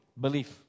belief